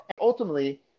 Ultimately